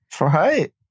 Right